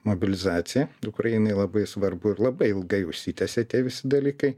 mobilizacija ukrainai labai svarbu ir labai ilgai užsitęsė tie visi dalykai